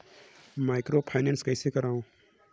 Microfinance कइसे करव?